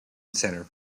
centre